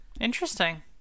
Interesting